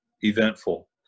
eventful